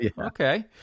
Okay